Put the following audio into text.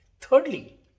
Thirdly